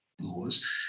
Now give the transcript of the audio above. laws